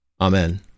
Amen